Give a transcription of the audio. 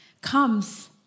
comes